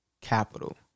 capital